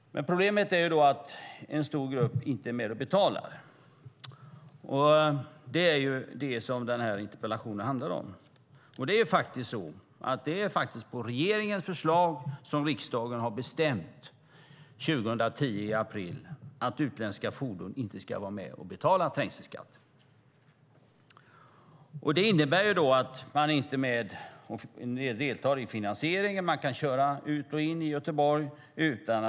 Problemet är att en stor grupp inte är med och betalar. Det är det som denna interpellation handlar om. Det var faktiskt på regeringens förslag som riksdagen i april 2010 bestämde att utländska fordon inte ska vara med och betala trängselskatt. Det innebär att de inte deltar i finansieringen. De kan köra ut och in utan att betala.